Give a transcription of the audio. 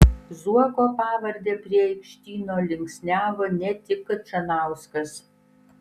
zuoko pavardę prie aikštyno linksniavo ne tik kačanauskas